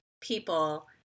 people